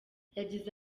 yagize